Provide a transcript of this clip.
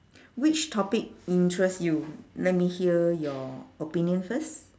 which topic interest you let me hear your opinion first